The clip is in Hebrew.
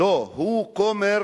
לא, הוא כומר